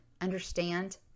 Understand